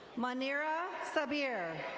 manera sabeer.